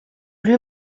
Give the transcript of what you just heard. lui